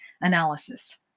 analysis